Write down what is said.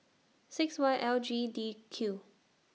six Y L G D Q